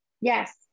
yes